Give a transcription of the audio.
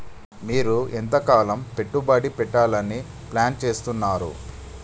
మీరు ఎంతకాలం పెట్టుబడి పెట్టాలని ప్లాన్ చేస్తున్నారు?